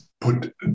put